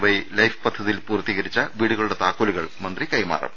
Y life പദ്ധതിയിൽ പൂർത്തീകരിച്ച വീടുകളുടെ താക്കോലുകൾ മന്ത്രി കൈമാറും